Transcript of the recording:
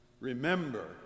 Remember